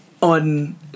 on